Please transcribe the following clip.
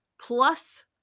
plus